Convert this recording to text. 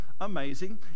amazing